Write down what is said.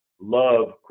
love